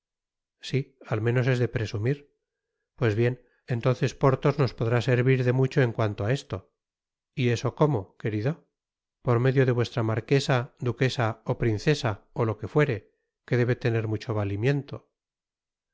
si al menos es de presumir pues bien entonces porthos nos podrá servir de mucho en cuanto á esto y eso cómo querido por medio de vuestra marquesa duquesa ó princesa ó lo que fuere que debe tener mucho valimiento